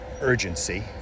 urgency